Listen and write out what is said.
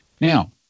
Now